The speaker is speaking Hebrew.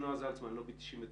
נועה זלצמן, לובי 99,